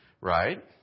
Right